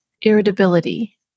irritability